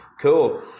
Cool